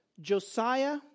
Josiah